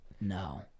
No